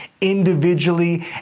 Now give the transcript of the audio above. individually